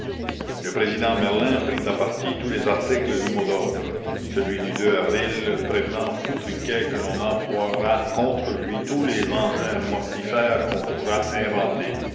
le président merlin prit à partie tous les articles du mot d'ordre celui du avril prévenant foutriquet que l'on emploiera contre lui tous les engins mortifères qu'on pourra inventer